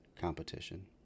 competition